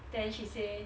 then she say